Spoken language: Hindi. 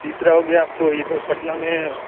तीसरा हो गया आपको इधर पटना में